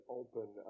open